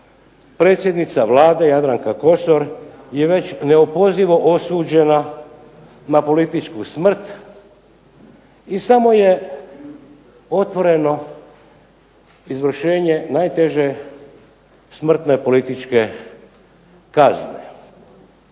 predsjednica Vlade Jadranka Kosor je već neopozivo osuđena na političku smrt i samo je otvoreno izvršenje najteže smrtne političke kazne.